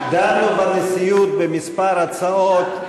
דנו בנשיאות בכמה הצעות,